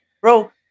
bro